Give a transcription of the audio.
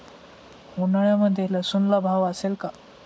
उन्हाळ्यामध्ये लसूणला भाव असेल का?